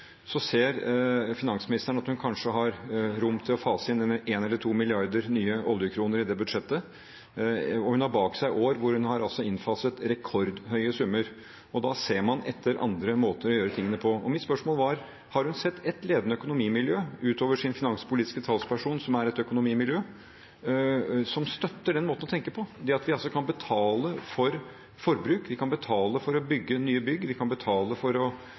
ser finansministeren at hun kanskje har rom til å fase inn 1 eller 2 milliarder nye oljekroner i det budsjettet. Hun har bak seg år hvor hun har innfaset rekordhøye summer, og da ser man etter andre måter å gjøre tingene på. Mitt spørsmål var: Har hun sett ett ledende økonomimiljø – utover sin finanspolitiske talsperson, som er et økonomimiljø – som støtter den måten å tenke på, det at vi altså kan betale for forbruk, betale for å bygge nye bygg, betale for å